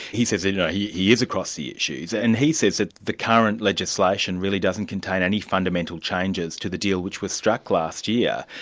he says you know he he is across the issues, and he says that the current legislation really doesn't contain any fundamental changes to the deal which was struck last year,